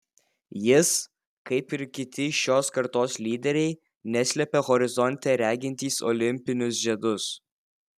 jis kaip ir kiti šios kartos lyderiai neslepia horizonte regintys olimpinius žiedus